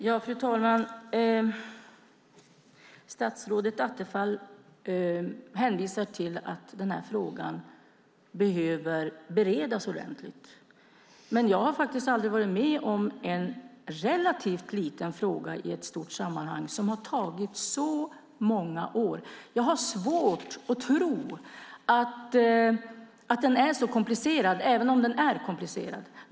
Fru talman! Statsrådet Attefall hänvisar till att frågan behöver beredas ordentligt. Jag har aldrig varit med om en relativt liten fråga i ett stort sammanhang som har tagit så många år. Jag har svårt att tro att den är så komplicerad, även om den är komplicerad.